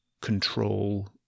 control